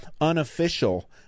unofficial